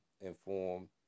inform